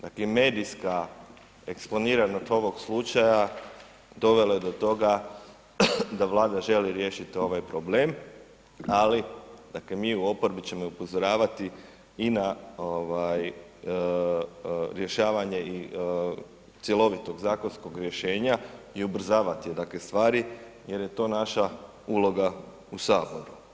Dakle, medijska eksponiranost ovog slučaja dovelo je do toga da Vlada želi riješiti ovaj problem, ali dakle mi u oporbi ćemo i upozoravati i na ovaj rješavanje i cjelovitog zakonskog rješenja i ubrzavati dakle stvari jer je to naša uloga u saboru.